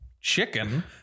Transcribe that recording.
chicken